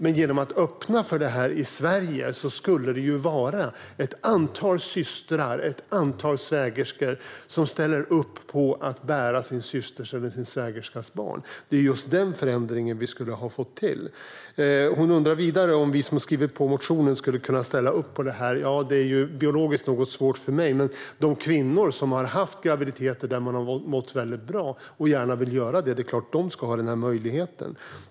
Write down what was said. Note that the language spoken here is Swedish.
Men genom att öppna för surrogatmoderskap i Sverige skulle det vara ett antal systrar eller svägerskor som ställer upp på att bära sin systers eller svägerskas barn. Det är just den förändringen som vi skulle ha fått till. Vidare undrar Karin Rågsjö om vi som har skrivit under motionen skulle kunna ställa upp på detta. Det är biologiskt svårt för mig. Men det är klart att de kvinnor som har mått bra under sina graviditeter och som gärna vill ställa upp ska ha den möjligheten.